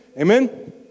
amen